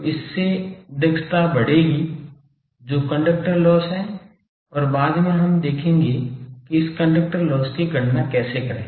तो इससे दक्षता बढ़ेगी जो कंडक्टर लॉस है और बाद में हम देखेंगे कि इस कंडक्टर लॉस की गणना कैसे करें